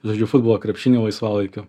žaidžiu futbolą krepšinį laisvalaikiu